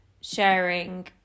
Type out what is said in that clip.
sharing